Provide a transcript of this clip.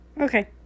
Okay